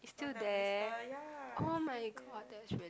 it's still there oh my god that's really